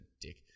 dick